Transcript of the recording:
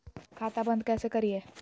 खाता बंद कैसे करिए?